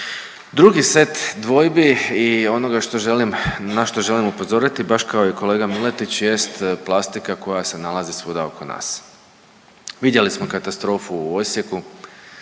Drugi set dvojbi i onoga što želim, na što želim upozoriti baš kao i kolega Miletić jest plastika koja se nalazi svuda oko nas. Vidjeli smo katastrofu u Osijeku.